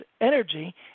energy